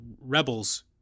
rebels